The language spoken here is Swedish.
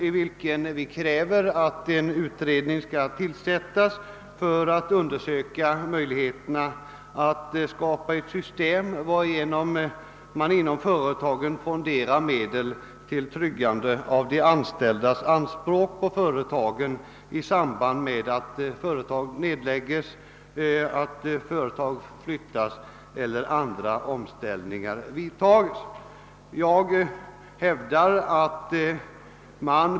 I motionerna kräver vi att en utredning skall tillsättas för att undersöka möjligheterna att skapa ett system varigenom inom företagen fonderas medel för att trygga de anställdas anspråk i sämband med att företag läggs ner eller flyttas eller andra omställningsåtgärder vidtas. Jag hävdar att man av företagen.